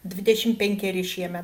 dvidešimt penkeri šiemet